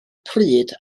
pryd